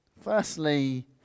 Firstly